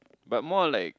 but more like